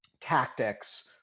tactics